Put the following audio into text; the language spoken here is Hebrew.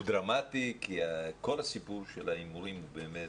דרמטי כי כל הסיפור של ההימורים הוא סוגיה,